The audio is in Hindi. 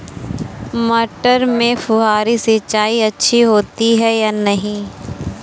मटर में फुहरी सिंचाई अच्छी होती है या नहीं?